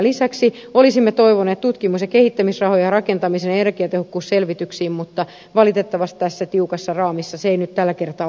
lisäksi olisimme toivoneet tutkimus ja kehittämisrahoja rakentamisen ja energiatehokkuusselvityksiin mutta valitettavasti tässä tiukassa raamissa se ei nyt tällä kertaa ollut mahdollista